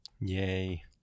Yay